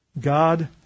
God